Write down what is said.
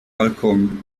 balkon